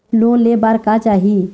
Loan ले बार का चाही?